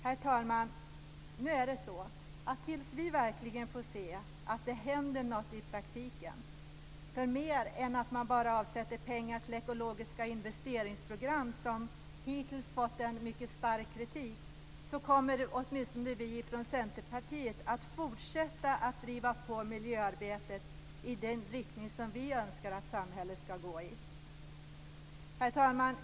Herr talman! Till dess att vi verkligen får se att det händer något i praktiken mer än att man bara avsätter pengar till ekologiska investeringsprogram, som hittills har mött mycket stark kritik, kommer åtminstone vi från Centerpartiet att fortsätta att driva på miljöarbetet i den riktning som vi önskar att samhället ska gå. Herr talman!